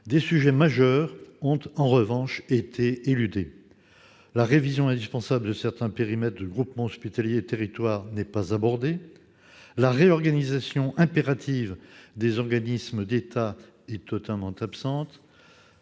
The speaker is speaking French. des sujets majeurs ont, en revanche, été éludés. La révision indispensable de certains périmètres de groupements hospitaliers de territoire n'est pas abordée. La réorganisation impérative des organismes d'État est totalement absente.